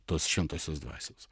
tos šventosios dvasios